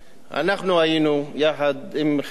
אנחנו היינו יחד עם כבודו,